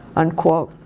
unquote.